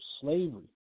slavery